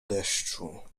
deszczu